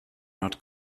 not